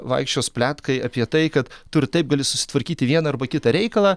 vaikščios pletkai apie tai kad tu ir taip gali susitvarkyti vieną arba kitą reikalą